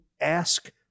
ask